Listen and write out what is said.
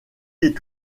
est